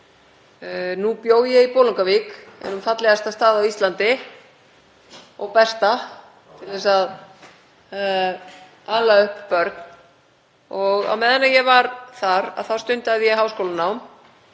Nú bjó ég í Bolungarvík, einum fallegasta stað á Íslandi og besta til að ala upp börn, og á meðan ég var þar stundaði ég háskólanám